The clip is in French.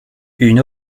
une